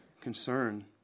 concern